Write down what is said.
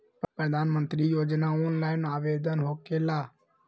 प्रधानमंत्री योजना ऑनलाइन आवेदन होकेला?